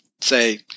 say